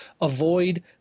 avoid